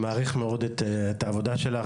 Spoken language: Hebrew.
אני מעריך מאוד את העובדה שלך,